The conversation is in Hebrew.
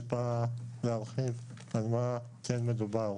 להרחיב מעט על מה מדובר.